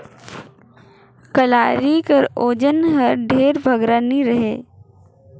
कलारी कर ओजन हर ढेर बगरा नी रहें